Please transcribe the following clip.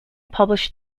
published